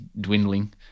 dwindling